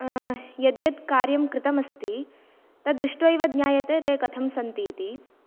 यद्यत् कार्यं कृतम् अस्ति तत् दृष्ट्वा एव ज्ञायते ते कथं सन्ति इति